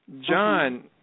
John